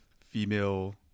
female